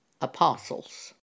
apostles